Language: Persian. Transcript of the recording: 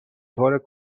طور